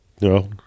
No